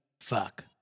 fuck